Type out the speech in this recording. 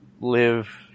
live